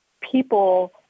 people